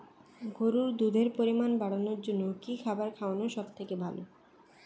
গরুর দুধের পরিমাণ বাড়ানোর জন্য কি খাবার খাওয়ানো সবথেকে ভালো?